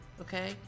okay